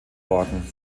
worden